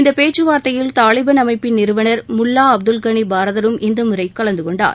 இந்த பேச்சுவார்த்தையில் தாலிபன் அமைப்பின் நிறுவனர் முல்லா அப்துல் கனி பாரதரும் இந்த முறை கலந்துகொண்டார்